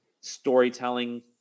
storytelling